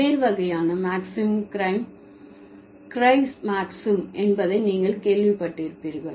பல்வேறு வகையான மாக்ஸிம்களில் க்ரைஸ் மாக்ஸிம் என்பதை நீங்கள் கேள்விப்பட்டிருப்பீர்கள்